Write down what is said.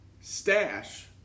stash